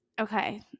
okay